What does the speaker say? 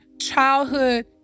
childhood